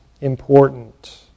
important